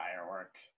firework